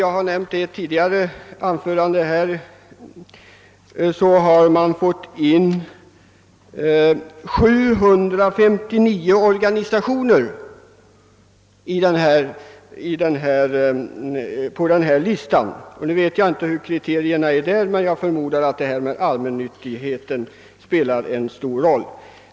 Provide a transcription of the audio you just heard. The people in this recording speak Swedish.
Som jag nämnt i ett tidigare anförande har man i Danmark fått in 759 organisationer på en sådan lista. Jag vet inte vilka kriterierna är i Danmark, men jag förmodar att allmännyttigheten spelar en stor roll.